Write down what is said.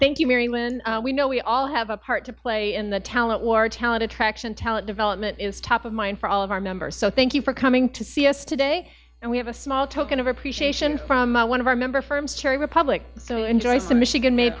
thank you very when we know we all have a part to play in the talent war talent attraction talent development is top of mind for all of our members so thank you for coming to see us today and we have a small token of appreciation from one of our member firms cherry republic so enjoy the michigan made